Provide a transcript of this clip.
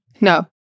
no